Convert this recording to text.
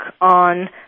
on